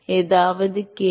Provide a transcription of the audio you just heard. ஏதாவது கேள்வி